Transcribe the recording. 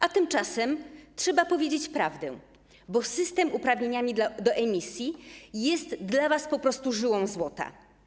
A tymczasem trzeba powiedzieć prawdę: system handlu uprawnieniami do emisji jest dla was po prostu żyłą złota.